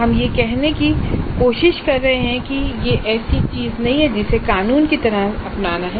हम यह कहने की कोशिश नहीं कर रहे हैं कि यह ऐसी चीज है जिसे कानून की तरह अपनाना है